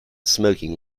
smoking